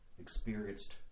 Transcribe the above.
experienced